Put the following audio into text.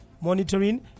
monitoring